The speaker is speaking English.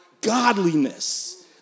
godliness